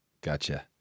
Gotcha